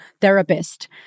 therapist